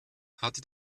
hatte